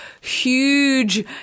huge